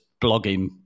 blogging